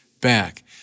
back